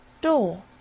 door